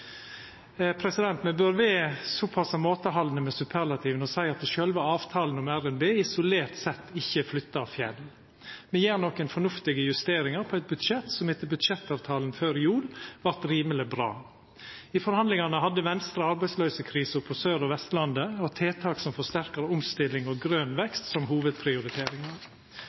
at sjølve avtalen om RNB isolert sett ikkje flyttar fjell. Me gjer nokre fornuftige justeringar i eit budsjett som etter budsjettavtalen før jul vart rimeleg bra. I forhandlingane hadde Venstre arbeidsløysekrisa på Sør- og Vestlandet og tiltak som forsterkar omstilling og grøn vekst, som